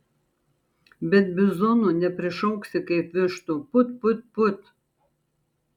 bet bizonų neprišauksi kaip vištų put put put